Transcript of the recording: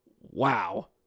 Wow